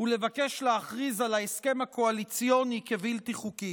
ולבקש להכריז על ההסכם הקואליציוני כבלתי חוקי?